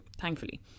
thankfully